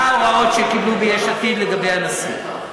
מה ההוראות שקיבלו ביש עתיד לגבי הנשיא.